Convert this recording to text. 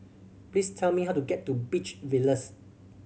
please tell me how to get to Beach Villas